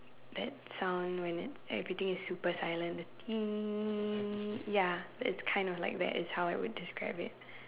that sound when everything is super silent the ya it's kind of like that is how I would describe it